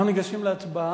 אנחנו ניגשים להצבעה.